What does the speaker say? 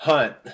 Hunt